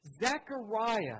Zechariah